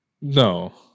No